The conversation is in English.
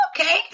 Okay